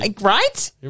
Right